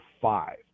five